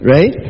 Right